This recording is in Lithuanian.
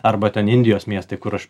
arba ten indijos miestai kur aš